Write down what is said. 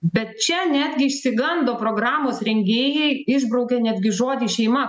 bet čia netgi išsigando programos rengėjai išbraukė netgi žodį šeima